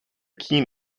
keen